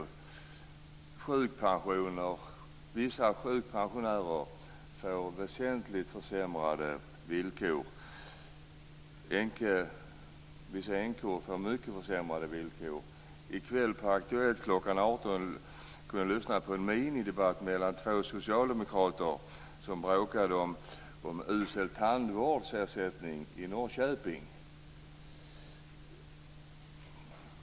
När det gäller sjukpensioner får vissa sjukpensionärer väsentligt försämrade villkor. Vissa änkor får mycket försämrade villkor. I kväll på Aktuellt kl. 18 kunde man lyssna på en minidebatt mellan två socialdemokrater som bråkade om usel tandvårdsersättning i Norrköping.